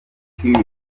kid